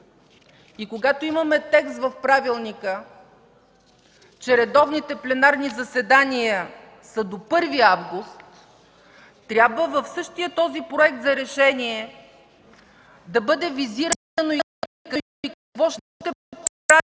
и когато имаме текст в правилника, че редовните пленарни заседания са до 1 август, трябва в същия този проект за решение да бъде визирано и какво ще правим